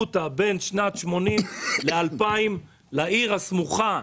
אותה בין שנת 1980 ל-2000 לעיר הסמוכה,